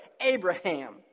Abraham